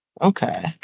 Okay